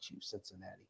Cincinnati